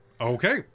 Okay